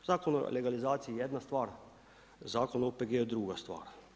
Zakon o legalizaciji je jedna stvar, Zakon o OPG-u je druga stvar.